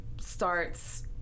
starts